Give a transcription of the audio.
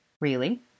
Really